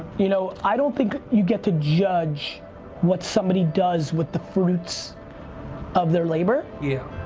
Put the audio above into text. you know, i don't think you get to judge what somebody does with the fruits of their labor yeah.